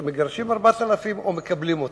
מגרשים 4,000 או מקבלים אותם?